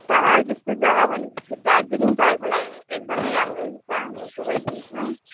पाहाड जस्तो जग्गा भनेपछि दार्जिलिङ तपाईँको लागि एकदमै राम्रो हुन्छ म पुर्याइदिन्छु